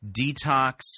detox